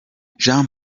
jean